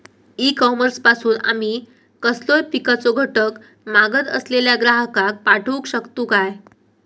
E commerce पासून आमी कसलोय पिकाचो घटक मागत असलेल्या ग्राहकाक पाठउक शकतू काय?